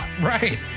Right